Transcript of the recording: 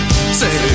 Say